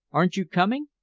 aren't you coming?